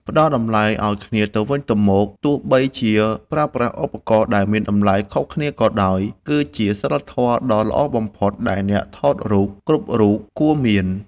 ផ្តល់តម្លៃឱ្យគ្នាទៅវិញទៅមកទោះបីជាប្រើប្រាស់ឧបករណ៍ដែលមានតម្លៃខុសគ្នាក៏ដោយគឺជាសីលធម៌ដ៏ល្អបំផុតដែលអ្នកថតរូបគ្រប់រូបគួរមាន។